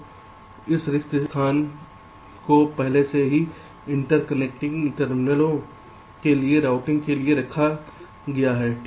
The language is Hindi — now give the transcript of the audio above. तो इन रिक्त स्थान को पहले से ही इंटरकनेक्टिंग टर्मिनलों के लिए राउटिंग के लिए रखा गया है ठीक है